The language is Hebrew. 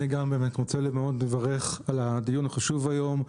גם אני רוצה מאוד לברך על הדיון החשוב היום.